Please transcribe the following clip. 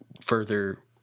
further